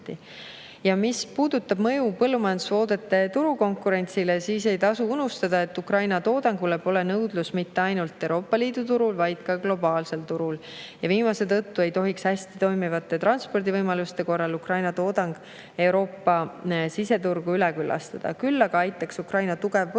Mis puudutab mõju põllumajandustoodete turukonkurentsile, siis ei maksa unustada, et Ukraina toodangut nõutakse mitte ainult Euroopa Liidu turul, vaid ka globaalsel turul. Viimase tõttu ei tohiks hästi toimivate transpordivõimaluste korral Ukraina toodang Euroopa siseturgu üle küllastada. Küll aga aitaks Ukraina tugev